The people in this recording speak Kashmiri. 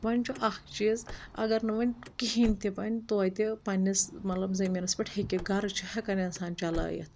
وۄنۍ چھُ اکھ چیٖز اگر نہٕ وۄنۍ کِہیٖنۍ تہِ بَنہِ توتہِ پنٛنِس مطلب زٔمیٖنَس پؠٹھ ہیٚکہِ گَرٕ چھُ ہؠکَان اِنسان چلٲیِتھ